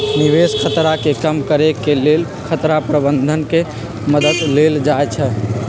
निवेश खतरा के कम करेके लेल खतरा प्रबंधन के मद्दत लेल जाइ छइ